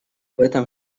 этом